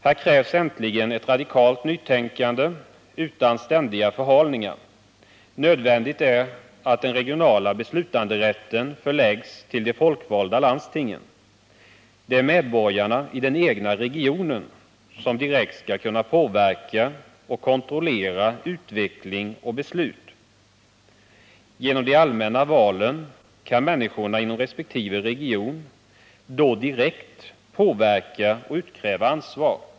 Här krävs äntligen ett radikalt nytänkande utan ständiga förhalningar. Nödvändigt är att den regionala beslutanderätten förläggs till de folkvalda landstingen. Det är medborgarna i den egna regionen som direkt skall kunna påverka och kontrollera utveckling och beslut. Genom de allmänna valen kan människorna inom respektive region då direkt påverka och utkräva ansvar.